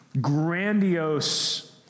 grandiose